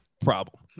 problem